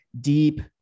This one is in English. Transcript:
deep